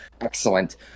excellent